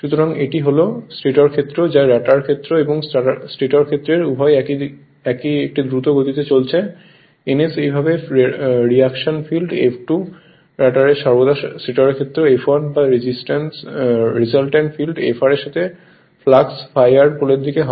সুতরাং এটি হল স্টেটর ক্ষেত্র যা রটার ক্ষেত্র এবং স্টেটর ক্ষেত্র উভয়ই একটি দ্রুত গতিতে চলছে ns এইভাবে রিয়াকশন ফিল্ড F2 রটারের সর্বদা স্টেটর ক্ষেত্র F1 বা রেজাল্টট্যান্ট ফিল্ড Fr এর সাথে ফ্লাক্স ∅r পোলের দিকে হয়